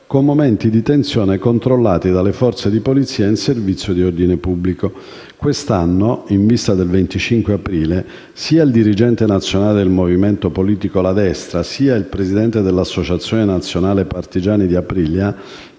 con momenti di tensione controllati dalle forze di polizia in servizio di ordine pubblico. Quest'anno, in vista del 25 aprile, sia il dirigente nazionale del movimento politico La Destra sia il presidente dell'Associazione nazionale partigiani di Aprilia